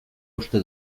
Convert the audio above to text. uste